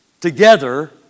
together